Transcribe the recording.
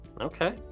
Okay